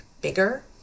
bigger